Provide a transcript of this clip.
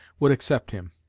would accept him.